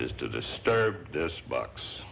is to disturb this box